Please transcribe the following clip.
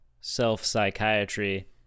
self-psychiatry